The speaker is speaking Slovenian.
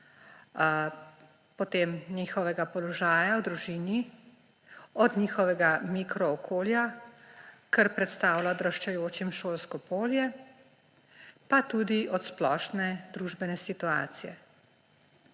potem njihovega položaja v družini, od njihovega mikrookolja, kar predstavlja odraščajočim šolsko polje, pa tudi od splošne družbene situacije.